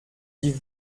die